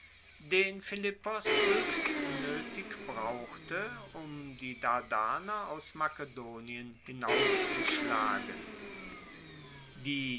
den philippos hoechst noetig brauchte um die dardaner aus makedonien hinauszuschlagen die